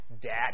Daddy